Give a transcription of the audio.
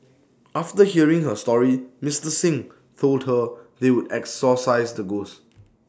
after hearing her story Mister Xing told her they would exorcise the ghosts